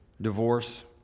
divorce